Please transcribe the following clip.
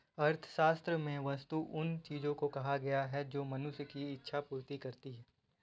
अर्थशास्त्र में वस्तु उन चीजों को कहा गया है जो मनुष्य की इक्षा पूर्ति करती हैं